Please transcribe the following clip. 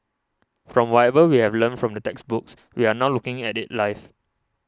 from whatever we've learnt from the textbooks we're now looking at it live